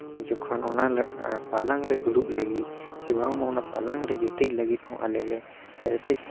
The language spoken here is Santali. ᱡᱚᱠᱷᱚᱱ ᱚᱱᱟ ᱯᱟᱞᱟᱝᱠ ᱨᱮ ᱫᱩᱲᱩᱵ ᱞᱟᱹᱜᱤᱫ ᱪᱮ ᱵᱟᱝᱢᱟ ᱯᱟᱞᱟᱝᱠ ᱨᱮ ᱜᱤᱛᱤᱡ ᱞᱟᱹᱜᱤᱫ ᱦᱚᱸ ᱟᱞᱮ ᱞᱮ ᱨᱮᱯᱮᱡ ᱠᱟᱱ ᱛᱟᱦᱮᱸ ᱠᱟᱱᱟ